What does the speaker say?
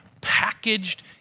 packaged